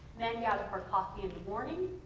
men gather for coffee in the morning.